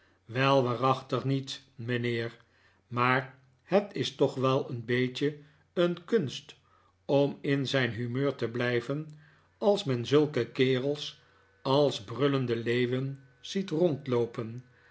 wel waarachtig niet mijnheer maar het is toch wel een beetje een kunst om in zijn humeur te blijven als men zulke kerels als brullende leeuwen ziet rondloopen